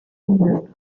ihnen